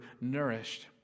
nourished